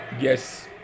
Yes